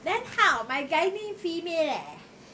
then how my gynae female leh